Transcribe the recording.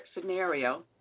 scenario